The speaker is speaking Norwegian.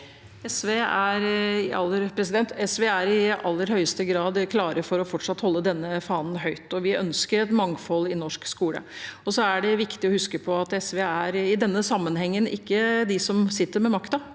SV er i aller høyeste grad klare for fortsatt å holde denne fanen høyt, og vi ønsker mangfold i norsk skole. Det er viktig å huske på at i denne sammenhengen er det ikke SV som sitter med makten.